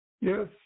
Yes